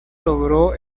logró